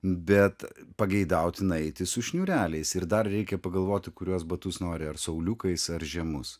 bet pageidautina eiti su šniūreliais ir dar reikia pagalvoti kuriuos batus nori ar su auliukais ar žemus